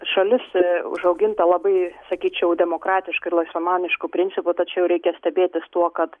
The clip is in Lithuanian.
šalis užauginta labai sakyčiau demokratiškai laisvamanišku principu tačiau reikia stebėtis tuo kad